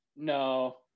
no